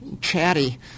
chatty